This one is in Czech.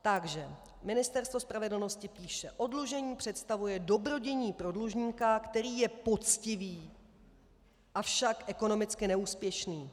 Takže Ministerstvo spravedlnosti píše: Oddlužení představuje dobrodiní pro dlužníka, který je poctivý, avšak ekonomicky neúspěšný.